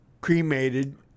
cremated